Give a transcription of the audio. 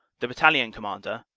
the battalion commander,